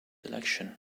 election